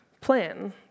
plan